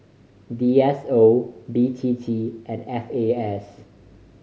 D S O B T T and F A S